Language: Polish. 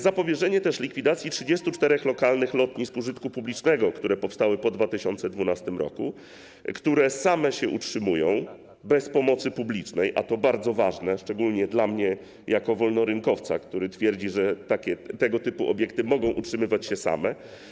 Zapobieżenie likwidacji 34 lokalnych lotnisk użytku publicznego, które powstały po 2012 r., które same się utrzymują bez pomocy publicznej, a to bardzo ważne, szczególnie dla mnie jako wolnorynkowca, który twierdzi, że tego typu obiekty mogą utrzymywać się same.